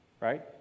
Right